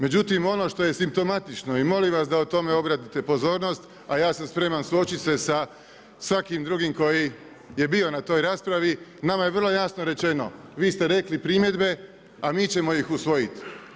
Međutim, ono što je simptomatično i molim vas da o tome obratite pozornost, a ja sam spreman suočiti se sa svakim drugim koji je bio na toj raspravi, nama je vrlo jasno rečeno, vi ste rekli, primjedbe, a mi ćemo ih usvojiti.